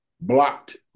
blocked